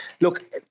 look